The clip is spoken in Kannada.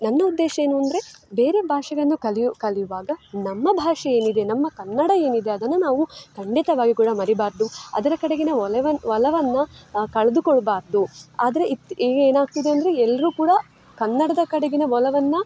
ನನ್ನುದ್ದೇಶ ಏನು ಅಂದರೆ ಬೇರೆ ಭಾಷೆಗಳನ್ನು ಕಲಿಯು ಕಲಿಯುವಾಗ ನಮ್ಮ ಭಾಷೆ ಏನಿದೆ ನಮ್ಮ ಕನ್ನಡ ಏನಿದೆ ಅದನ್ನು ನಾವು ಖಂಡಿತವಾಗಿ ಕೂಡ ಮರಿಬಾರ್ದು ಅದರ ಕಡೆಗಿನ ಒಲವನ್ನು ಒಲವನ್ನು ಕಳೆದುಕೊಳ್ಬಾರ್ದು ಆದರೆ ಇತ್ತ ಈಗ ಏನಾಗ್ತಿದೆ ಅಂದರೆ ಎಲ್ಲರು ಕೂಡ ಕನ್ನಡದ ಕಡೆಗಿನ ಒಲವನ್ನು